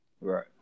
Right